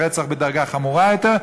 והרצח בדרגה חמורה יותר,